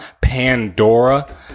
Pandora